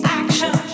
action